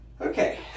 Okay